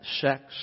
sex